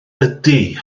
ydy